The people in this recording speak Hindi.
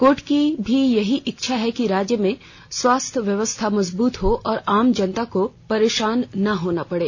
कोर्ट की भी यही इच्छा है कि राज्य में स्वास्थ्य व्यवस्था मजबूत हो और आम जनता को परेशान नहीं होना पड़े